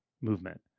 movement